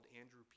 Andrew